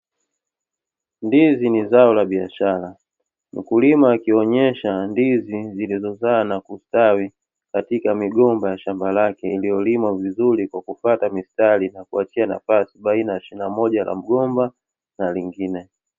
Ndizi ni zao la biashara. Mkulima akionyesha ndizi zilizozaa na kustawi katika migomba ya shamba lake iliyolimwa vizuri kwa kufuata mistari na kuachia nafasi baina ya shina moja la mgomba na lingine.